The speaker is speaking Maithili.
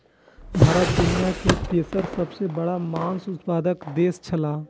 भारत दुनिया के तेसर सबसे बड़ा माछ उत्पादक देश छला